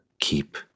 keep